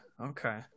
okay